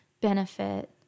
benefit